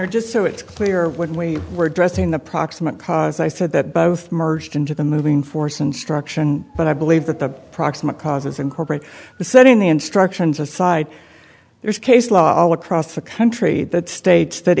are just so it's clear when we were dressing the proximate cause i said that both merged into the moving force instruction but i believe that the proximate causes in corporate setting the instructions aside there's case law all across the country that states that